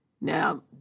Now